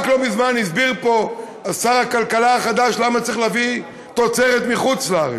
רק לא מזמן הסביר פה שר הכלכלה החדש למה צריך להביא תוצרת מחוץ-לארץ,